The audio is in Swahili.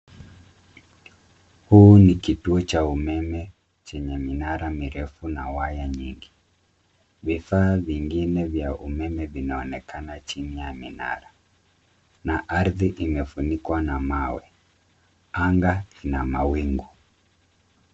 Huu ni kituo cha umeme chenye minara mirefu na waya nyingi. Vifaa vingine vya umeme vinaonekana chini ya minara na ardhi imefunikwa na mawe. Anga ina mawingu.